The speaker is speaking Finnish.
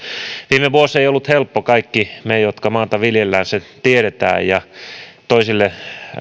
viime vuosi ei ollut helppo kaikki me jotka maata viljelemme sen tiedämme ja toisille